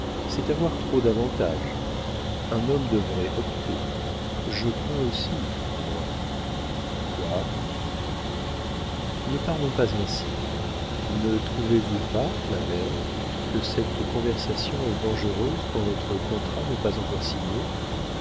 c'est avoir trop d'avantages un homme devrait opter je crains aussi moi quoi ne parlons pas ainsi ne trouvez-vous pas ma mère que cette conversation est dangereuse quand notre contrat n'est pas encore signé